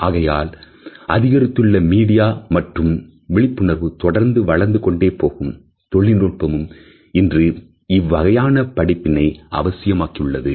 ஆகையால் அதிகரித்துள்ள மீடியா பற்றிய விழிப்புணர்வும் தொடர்ந்து வளர்ந்து கொண்டே போகும் தொழில்நுட்பமும் இன்று இவ்வகையான படிப்பினைஅவசியமாகியுள்ளது